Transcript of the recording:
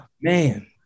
Man